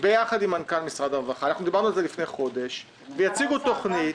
ומנכ"ל משרד הרווחה יציגו לנו תכנית,